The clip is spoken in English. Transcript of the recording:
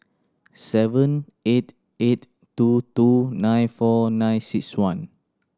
seven eight eight two two nine four nine six one